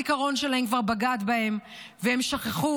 הזיכרון שלהם כבר בגד בהם והם שכחו